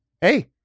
hey